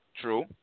True